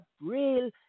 real